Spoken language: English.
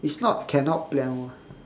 it's not cannot plan [one]